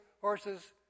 horses